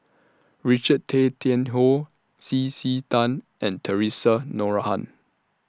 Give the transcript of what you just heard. Richard Tay Tian Hoe C C Tan and Theresa Noronha